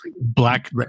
black